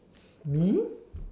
me